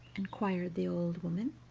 inquired the old woman